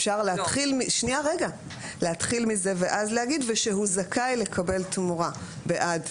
אפשר להתחיל מזה ואז לומר שהוא זכאי לקבל תמורה בעד.